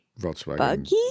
volkswagen